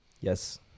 Yes